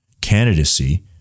candidacy